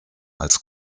als